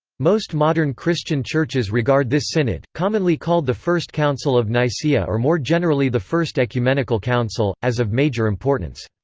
most modern christian churches regard this synod, commonly called the first council of nicaea or more generally the first ecumenical council, as of major importance.